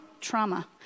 trauma